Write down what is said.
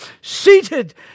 Seated